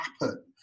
happen